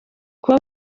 kuba